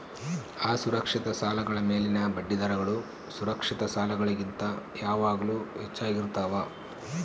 ಅಸುರಕ್ಷಿತ ಸಾಲಗಳ ಮೇಲಿನ ಬಡ್ಡಿದರಗಳು ಸುರಕ್ಷಿತ ಸಾಲಗಳಿಗಿಂತ ಯಾವಾಗಲೂ ಹೆಚ್ಚಾಗಿರ್ತವ